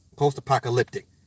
post-apocalyptic